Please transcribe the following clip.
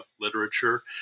Literature